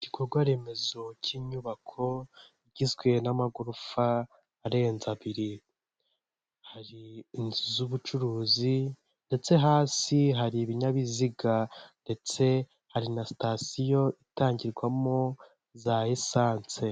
Igikorwa remezo cy'inyubako igizwe n'amagorofa arenze abiri, hari inzu z'ubucuruzi ndetse hasi hari ibinyabiziga ndetse hari na sitasiyo itangirwamo za risansi.